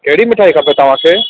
कहिड़ी मिठाई खपे तव्हांखे